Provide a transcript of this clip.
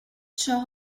ciò